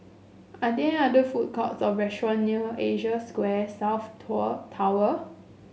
are there other food courts or restaurant near Asia Square South Tall Tower